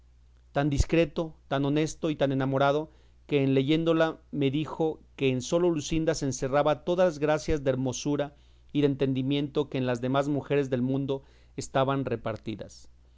tan discreto tan honesto y tan enamorado que en leyéndolo me dijo que en sola luscinda se encerraban todas las gracias de hermosura y de entendimiento que en las demás mujeres del mundo estaban repartidas